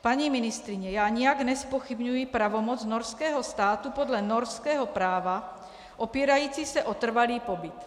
Paní ministryně, já nijak nezpochybňuji pravomoc norského státu podle norského práva, opírající se o trvalý pobyt.